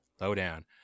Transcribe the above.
Lowdown